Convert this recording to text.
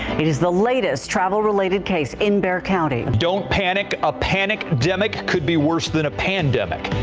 it is the latest travel related case in bexar county don't panic. a panic demick could be worse than a pandemic.